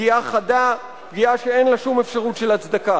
פגיעה חדה, פגיעה שאין לה שום אפשרות של הצדקה.